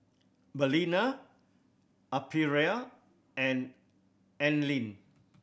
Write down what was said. Balina Aprilia and Anlene